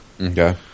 Okay